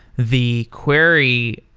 the query